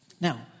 Now